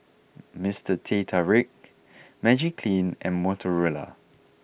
Mr Teh Tarik Magiclean and Motorola